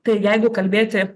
tai jeigu kalbėti